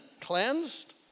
cleansed